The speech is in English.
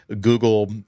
Google